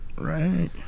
Right